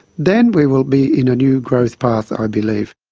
then we will be in a new growth path, i believe.